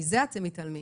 מזה אתם מתעלמים.